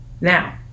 Now